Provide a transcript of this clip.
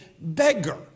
beggar